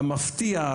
המפתיע,